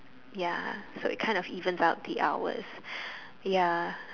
ya so is kind of even out the hours ya